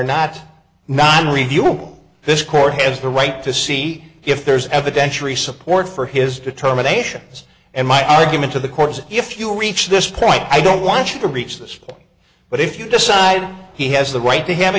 not non reviewable this court has the right to see if there's ever denture e support for his determinations and my argument to the courts if you reach this point i don't want you to reach this point but if you decide he has the right to have a